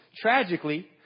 tragically